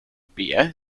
beer